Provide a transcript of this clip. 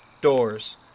Doors